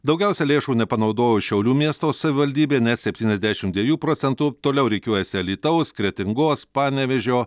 daugiausia lėšų nepanaudojo šiaulių miesto savivaldybė net septyniasdešimt dviejų procentų toliau rikiuojasi alytaus kretingos panevėžio